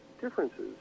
differences